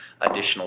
additional